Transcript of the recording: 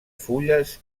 fulles